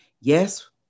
Yes